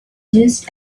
just